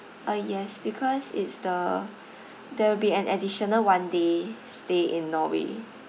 uh yes because it's the there will be an additional one day stay in norway